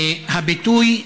הביטוי: